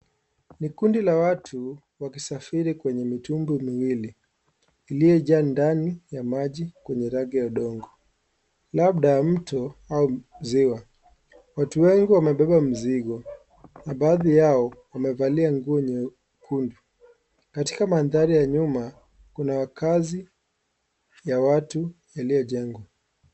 Ni kundi la watu wakisafiri kwenye mitumbwi miwili iliyo jaa ndani ya maji kwenye rangi ya udongo labda mto au ziwa. Watu wengi wamebeba mzigo na baadhi yao wamevalia nguo nyekundu, katika mandhari ya nyuma kuna makazi ya watu yaliyojengwa.